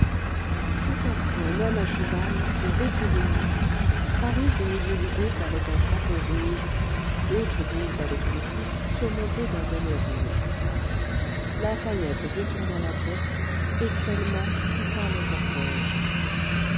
tout à coup un homme à cheval vêtu de noir parut au milieu du groupe avec un drapeau rouge d'autres disent avec une pique surmontée d'un bonnet rouge lafayette détourna la tête excelmans quitta le cortège